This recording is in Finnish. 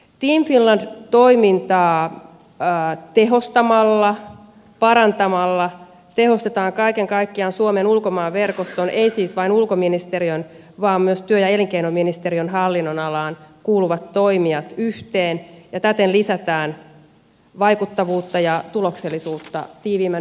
team finland toimintaa tehostetaan parannetaan tuodaan kaiken kaikkiaan suomen ulkomaanverkoston toimijat ei siis vain ulkoministeriön vaan myös työ ja elinkeinoministeriön hallinnonalaan kuuluvat toimijat yhteen ja täten lisätään vaikuttavuutta ja tuloksellisuutta tiiviimmän yhteistyön kautta